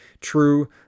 True